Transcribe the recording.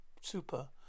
Super